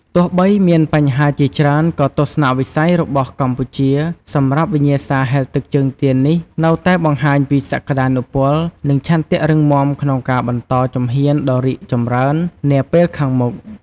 ទោះបីមានបញ្ហាជាច្រើន ក៏ទស្សនវិស័យរបស់កម្ពុជា សម្រាប់វិញ្ញាសាហែលទឹកជើងទានេះនៅតែបង្ហាញពីសក្ដានុពល និងឆន្ទៈរឹងមាំក្នុងការបន្តជំហានដ៏រីកចម្រើននាពេលខាងមុខ។